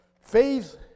faith